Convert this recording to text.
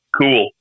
cool